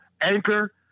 Anchor